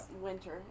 winter